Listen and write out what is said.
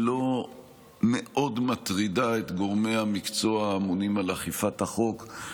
היא לא מאוד מטרידה את גורמי המקצוע האמונים על אכיפת החוק,